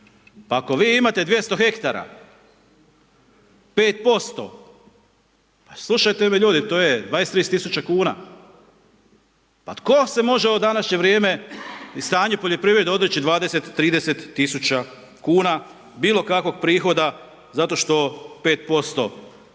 Pa ako vi imate 200 hektara, 5%, pa slušajte me ljudi, to je 20-30 tisuća kuna, pa tko se može u ovo današnje vrijeme i stanju poljoprivrede odreći 20-30 tisuća kuna bilo kakvog prihoda zato što 5%.